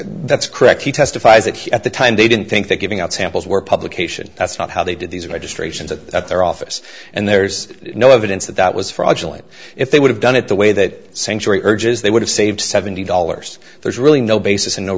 that's correct he testifies that he at the time they didn't think that giving out samples were publication that's not how they did these registrations at their office and there's no evidence that that was fraudulent if they would have done it the way that sanctuary urges they would have saved seventy dollars there's really no basis and no